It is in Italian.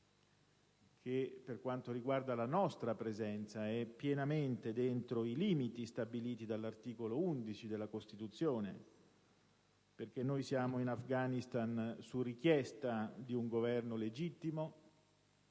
che per quanto riguarda la nostra presenza è pienamente dentro i limiti stabiliti dall'articolo 11 della Costituzione. Siamo infatti in Afghanistan su richiesta di un Governo legittimo